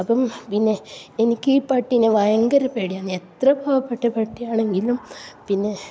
അപ്പം പിന്നെ എനിക്ക് ഈ പട്ടിനെ ഭയങ്കര പേടിയാണ് എത്ര പാവപ്പെട്ട പട്ടിയാണെങ്കിലും പിന്നെ